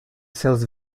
sells